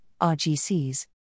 RGCs